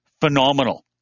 phenomenal